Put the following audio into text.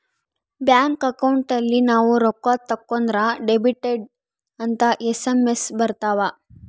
bank account ಅಲ್ಲಿ ನಾವ್ ರೊಕ್ಕ ತಕ್ಕೊಂದ್ರ ಡೆಬಿಟೆಡ್ ಅಂತ ಎಸ್.ಎಮ್.ಎಸ್ ಬರತವ